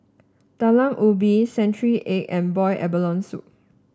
Talam Ubi Century Egg and boil abalone soup